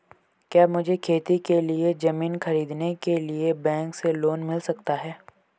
क्या मुझे खेती के लिए ज़मीन खरीदने के लिए बैंक से लोन मिल सकता है?